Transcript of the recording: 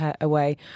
away